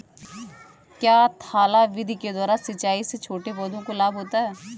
क्या थाला विधि के द्वारा सिंचाई से छोटे पौधों को लाभ होता है?